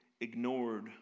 ignored